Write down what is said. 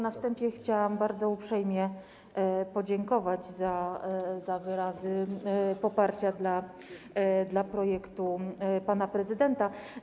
Na wstępie chciałam bardzo uprzejmie podziękować za wyrazy poparcia dla projektu pana prezydenta.